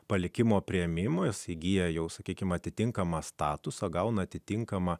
palikimo priėmimas įgyja jau sakykime atitinkamą statusą gauna atitinkamą